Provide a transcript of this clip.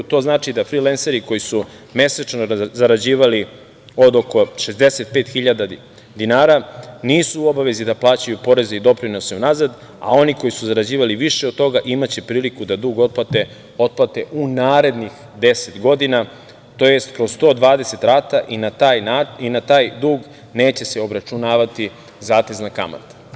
To znači da frilenseri koji su mesečno zarađivali od oko 65.000 dinara nisu u obavezi da plaćaju poreze i doprinose unazad, a oni koji su zarađivali više od toga imaće priliku da dug otplate u narednih deset godina tj. kroz 120 plata i na taj dug neće se obračunavati zatezna kamata.